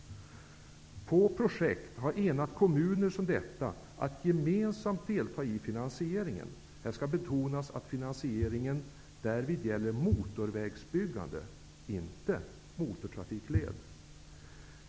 Få projekt har enat kommuner som detta genom ett gemensamt deltagande i finansieringen. Här skall betonas att finansieringen därvid gäller byggande av motorväg, inte byggande av motortrafikled.